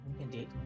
Indeed